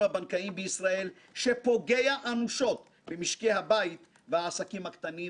הבנקאיים בישראל שפוגע אנושות במשקי הבית והעסקים הקטנים